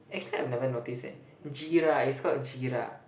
actually I've never noticed eh jeera it's called jeera